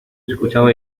escuchaba